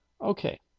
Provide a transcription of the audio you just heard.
okay